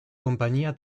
compañía